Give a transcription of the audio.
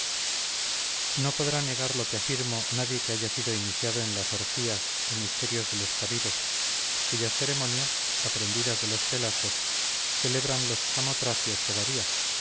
no podrá negar lo que afirmo nadie que haya sido iniciado en las orgías o misterios de los cabiros cuyas ceremonias aprendidas de los pelasgos celebran los samotracios todavía